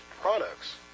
products